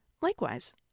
Likewise